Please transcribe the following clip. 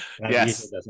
Yes